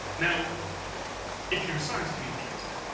now if you're a sound communicator,